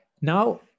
now